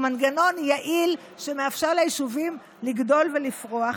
הוא מנגנון יעיל שמאפשר ליישובים לגדול ולפרוח,